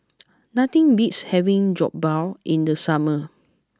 nothing beats having Jokbal in the summer